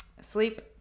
Sleep